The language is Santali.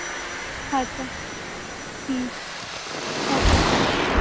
ᱟᱪᱪᱷᱟ ᱦᱮᱸ ᱟᱪᱪᱷᱟ